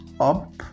up